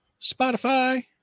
Spotify